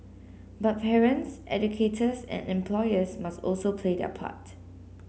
but parents educators and employers must also play their part